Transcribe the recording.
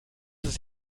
ist